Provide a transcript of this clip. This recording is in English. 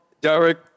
Derek